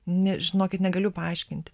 ne žinokit negaliu paaiškint